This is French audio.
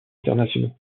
internationaux